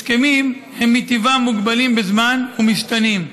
הסכמים הם מטבעם מוגבלים בזמן ומשתנים,